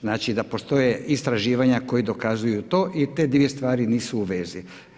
Znači da postoje istraživanja koja dokazuju to i te dvije stvari nisu u vezi.